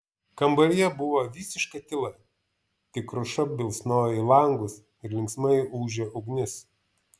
kambaryje buvo visiška tyla tik kruša bilsnojo į langus ir linksmai ūžė ugnis